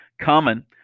common